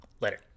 Later